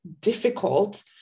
difficult